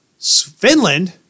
Finland